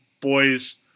boys